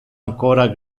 ancora